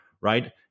right